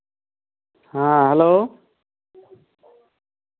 ᱦᱮᱸ ᱦᱮᱞᱳ